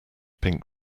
pink